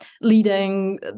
leading